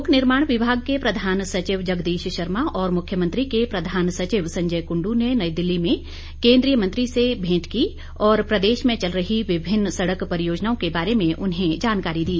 लोक निर्माण विभाग के प्रधान सचिव जगदीश शर्मा और मुख्यमंत्री के प्रधान सचिव संजय कुंडू ने नई दिल्ली में केंद्रीय मंत्री से भेंट की और प्रदेश में चल रही विभिन्न सड़क परियोजनाओं के बारे में उन्हें जानकारी दी